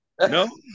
No